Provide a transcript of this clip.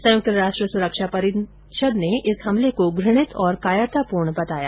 संयुक्त राष्ट्र सुरक्षा परिषद ने इस हमले को घृणित और कायरतापूर्ण बताया